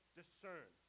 discern